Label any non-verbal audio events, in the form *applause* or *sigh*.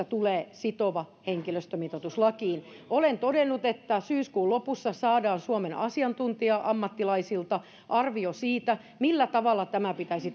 *unintelligible* tulee sitova henkilöstömitoitus lakiin olen todennut että syyskuun lopussa saadaan suomen asiantuntija ammattilaisilta arvio siitä millä tavalla tämä pitäisi *unintelligible*